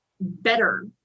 better